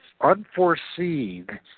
unforeseen